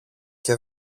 και